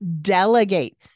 delegate